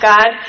God